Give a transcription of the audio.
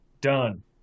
Done